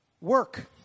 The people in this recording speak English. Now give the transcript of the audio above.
work